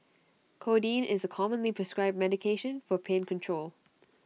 codeine is A commonly prescribed medication for pain control